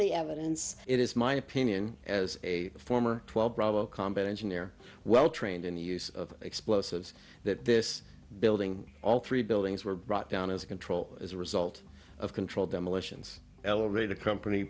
the evidence it is my opinion as a former twelve combat engineer well trained in the use of explosives that this building all three buildings were brought down as controlled as a result of controlled demolitions elevator company